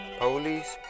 police